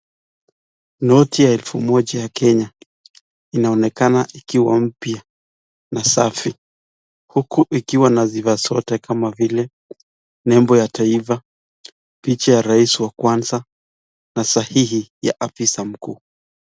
Noti ya elfu moja ya Kenya inaonekana ikiwa mpya na safi huku ikiwa na vifaa zote kama vile nembo ya taifa ,picha ya rais wa kwanza na sahihi ya afisa mkuu.